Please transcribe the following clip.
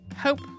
Hope